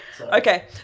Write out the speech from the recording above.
Okay